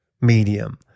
medium